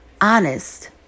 honest